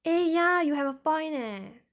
eh ya you have a point leh